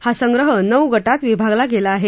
हा संग्रह नऊ गटात विभागला गेला आहे